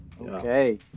Okay